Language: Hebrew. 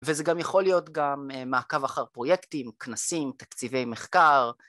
וזה גם יכול להיות גם מעקב אחר פרויקטים, כנסים, תקציבי מחקר